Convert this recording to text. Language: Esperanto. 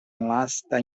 lasta